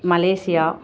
Malaysia